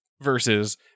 Versus